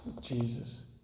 Jesus